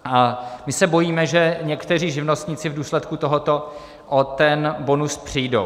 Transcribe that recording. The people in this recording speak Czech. A my se bojíme, že někteří živnostníci v důsledku tohoto o bonus přijdou.